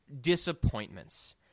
disappointments